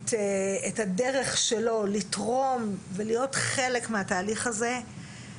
את הדרך שלו לתרום ולהיות חלק מהתהליך הזה,